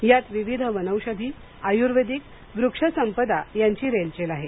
यात विविध वनौषधी आयुर्वेदिक वृक्षसंपदा यांची रेलचेल आहे